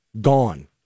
gone